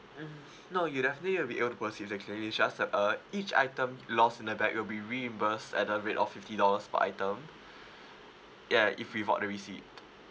mm no you definitely will be able to proceed with the claim is just that uh each item lost in the bag it will be reimburse at a rate of fifty dollars per item ya if without the receipt